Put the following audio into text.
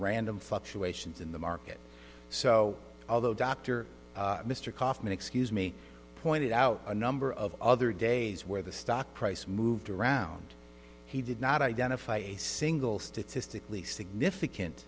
random fluctuations in the market so although dr mr kaufman excuse me pointed out a number of other days where the stock price moved around he did not identify a single statistically significant